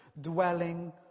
dwelling